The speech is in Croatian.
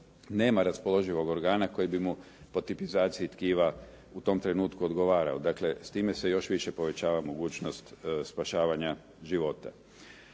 nema raspoloživog organa koji bi mu po tipizaciji tkiva u tom trenutku odgovarao. Dakle, s time se još više povećava mogućnost spašavanja života.